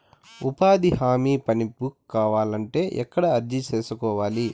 ఉపాధి హామీ పని బుక్ కావాలంటే ఎక్కడ అర్జీ సేసుకోవాలి?